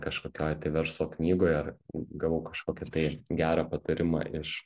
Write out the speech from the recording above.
kažkokioj tai verslo knygoj ar gavau kažkokį tai gerą patarimą iš